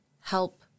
help